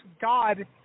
God